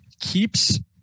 keeps